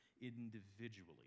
individually